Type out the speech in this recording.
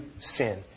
sin